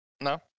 No